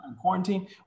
quarantine